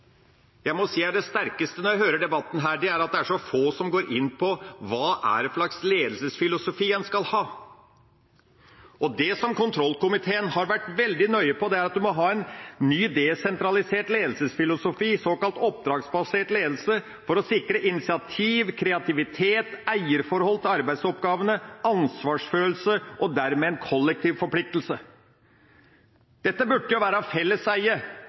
er så få som går inn på hva slags ledelsesfilosofi en skal ha. Det som kontrollkomiteen har vært veldig nøye på, er at man må ha en ny, desentralisert ledelsesfilosofi, såkalt oppdragsbasert ledelse, for å sikre initiativ, kreativitet, eierforhold til arbeidsoppgavene, ansvarsfølelse og dermed kollektiv forpliktelse. Dette burde være felleseie og uavhengig av